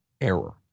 error